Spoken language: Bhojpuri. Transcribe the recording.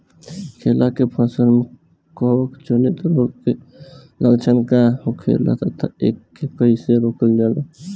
केला के फसल में कवक जनित रोग के लक्षण का होखेला तथा एके कइसे रोकल जाला?